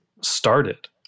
started